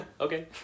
okay